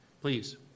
Please